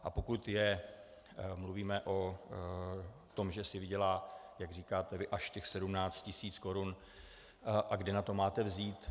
A pokud mluvíme o tom, že si vydělá, jak říkáte vy, až 17 tisíc korun a kde na to máte vzít.